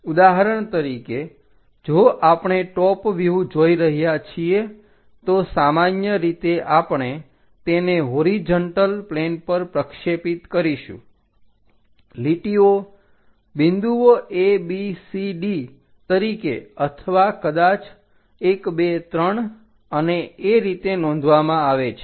ઉદાહરણ તરીકે જો આપણે ટોપ વ્યુહ જોઈ રહ્યા છીએ તો સામાન્ય રીતે આપણે તેને હોરીજન્ટલ પ્લેન પર પ્રક્ષેપિત કરીશું લીટીઓ બિંદુઓ abcd તરીકે અથવા કદાચ 123 અને એ રીતે નોંધવામાં આવે છે